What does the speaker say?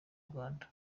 rwanda